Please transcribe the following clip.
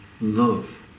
love